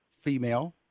female